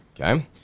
Okay